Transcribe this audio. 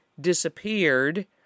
disappeared